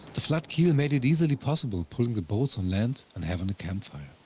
the flat keel made it easily possible pulling the boats on land and having a campfire.